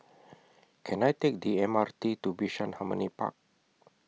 Can I Take The M R T to Bishan Harmony Park